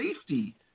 safety